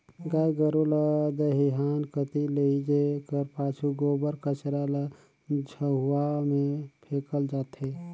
गाय गरू ल दईहान कती लेइजे कर पाछू गोबर कचरा ल झउहा मे फेकल जाथे